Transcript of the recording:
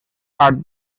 are